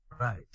Right